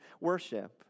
worship